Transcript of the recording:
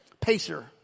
Pacer